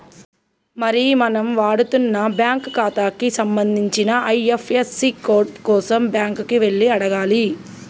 మరి మనం వాడుతున్న బ్యాంకు ఖాతాకి సంబంధించిన ఐ.ఎఫ్.యస్.సి కోడ్ కోసం బ్యాంకు కి వెళ్లి అడగాలి